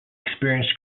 experienced